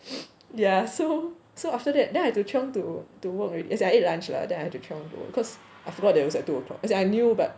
ya so so after that then I have to chiong to to work already then as in I ate lunch lah then I had to chiong to work cause I forgot that it was at two o'clock as in I knew but